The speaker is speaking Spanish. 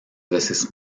veces